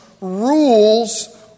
rules